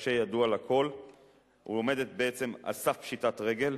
הקשה ידוע לכול היא עומדת בעצם על סף פשיטת רגל,